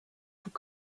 tout